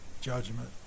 judgment